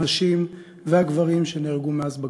הנשים והגברים שנהרגו מאז בכבישים.